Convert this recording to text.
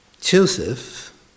Joseph